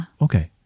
Okay